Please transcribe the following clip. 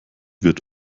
wird